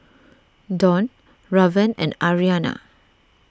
Dawne Raven and Arianna